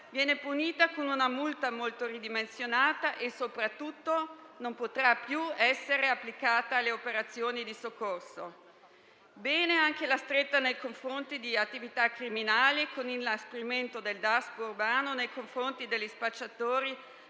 viene punita con una multa molto ridimensionata e, soprattutto, non potrà più essere applicata alle operazioni di soccorso. Positiva è anche la stretta nei confronti di attività criminali, con l'inasprimento del Daspo urbano per gli spacciatori,